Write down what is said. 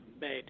made